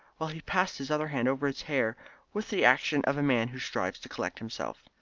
while he passed his other hand over his hair with the action of a man who strives to collect himself.